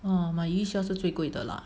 mm 买鱼算是最贵的 lah